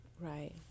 Right